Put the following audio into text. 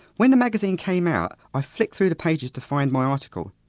when the magazine came out, i flipped through the pages to find my article,